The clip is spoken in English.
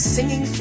Singing